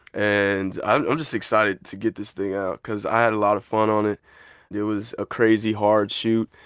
and i'm just excited to get this thing out because i had a lot of fun on it it was a crazy hard shoot